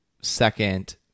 second